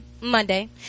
Monday